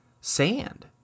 sand